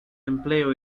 empleo